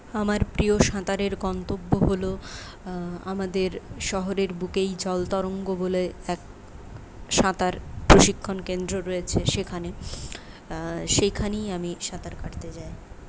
আমার প্রিয় সাঁতারের গন্তব্য হল আমাদের শহরের বুকেই জলতরঙ্গ বলে এক সাঁতার প্রশিক্ষণ কেন্দ্র রয়েছে সেখানে সেখানেই আমি সাঁতার কাটতে যাই